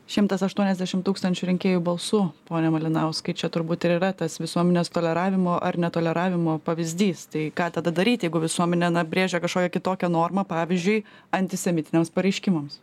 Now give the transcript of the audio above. šimtas aštuoniasdešim tūkstančių rinkėjų balsų pone malinauskai čia turbūt ir yra tas visuomenės toleravimo ar netoleravimo pavyzdys tai ką tada daryt jeigu visuomenė na brėžia kažkokią kitokią normą pavyzdžiui antisemitiniams pareiškimams